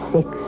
Six